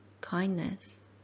kindness